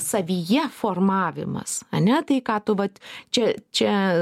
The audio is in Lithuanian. savyje formavimas ane tai ką tu vat čia čia